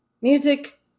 music